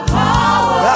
power